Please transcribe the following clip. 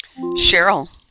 Cheryl